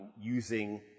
using